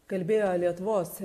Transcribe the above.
kalbėjo lietuvos